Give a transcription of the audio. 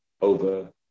over